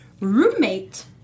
roommate